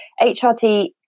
HRT